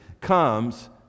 comes